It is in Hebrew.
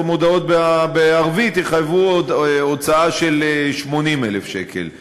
המודעות בערבית יחייבו הוצאה של 80,000 שקל,